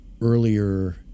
earlier